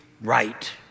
right